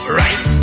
right